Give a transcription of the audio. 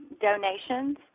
donations